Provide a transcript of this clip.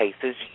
cases